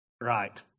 Right